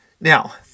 Now